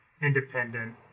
independent